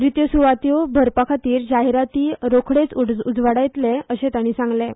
रित्यो सुवातो भरपा खातीर जायराती रोखडेच उजवाडायतले अशें तांणी सांगलें